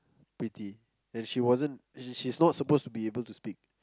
pretty and she wasn't she's not supposed to be able to speak